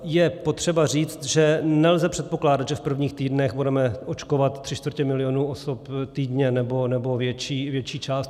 Je potřeba říct, že nelze předpokládat, že v prvních týdnech budeme očkovat tři čtvrtě milionů osob týdně, nebo větší část.